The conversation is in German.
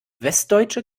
westdeutsche